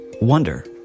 wonder